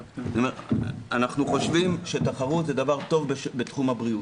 אנחנו חושבים שתחרות זה דבר טוב בתחום הבריאות.